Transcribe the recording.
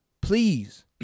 please